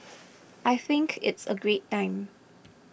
I think it's a great time